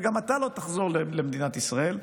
וגם אתה לא תחזור למדינת ישראל,